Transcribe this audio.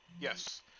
yes